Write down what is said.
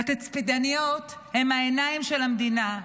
התצפיתניות הן העיניים של המדינה.